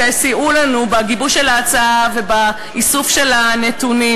שסייעה לנו בגיבוש ההצעה ובאיסוף הנתונים,